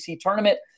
tournament